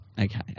Okay